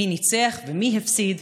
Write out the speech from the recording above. מי ניצח ומי הפסיד,